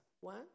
One